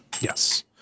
Yes